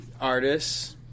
artists—